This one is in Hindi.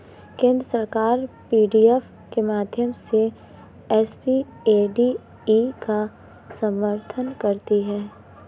केंद्र सरकार पी.डी.एफ के माध्यम से एस.पी.ए.डी.ई का समर्थन करती है